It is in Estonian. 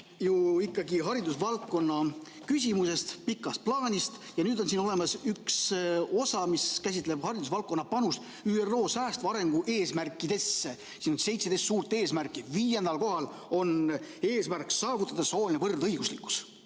ju ikkagi haridusvaldkonna küsimusest, pikast plaanist, ja siin on üks osa, mis käsitleb haridusvaldkonna panust ÜRO säästva arengu eesmärkidesse. Siin on 17 suurt eesmärki ja viiendal kohal on eesmärk saavutada sooline võrdõiguslikkus.